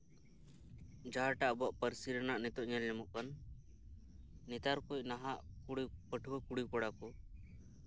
ᱡᱟᱦᱟᱸᱴᱟᱜ ᱟᱵᱚᱣᱟᱜ ᱯᱟᱹᱨᱥᱤ ᱨᱮᱱᱟᱜ ᱱᱤᱛᱚᱜ ᱧᱮᱞ ᱧᱟᱢᱚᱜ ᱠᱟᱱ ᱱᱮᱛᱟᱨ ᱠᱚ ᱱᱟᱦᱟᱜ ᱯᱟᱹᱴᱷᱩᱣᱟᱹ ᱠᱩᱲᱤ ᱠᱚᱲᱟ ᱠᱚ